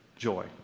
joy